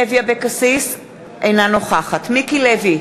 אינה נוכחת מיקי לוי,